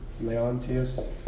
Leontius